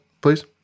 please